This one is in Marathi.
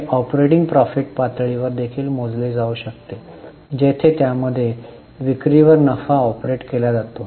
हे ऑपरेटिंग प्रॉफिट पातळीवर देखील मोजले जाऊ शकते जेथे त्यामध्ये विक्रीवर नफा ऑपरेट केला जातो